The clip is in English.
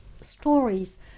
stories